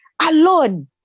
alone